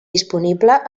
disponible